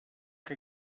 que